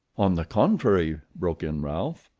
on the contrary, broke in ralph,